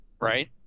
Right